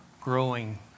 growing